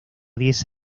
diez